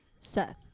Seth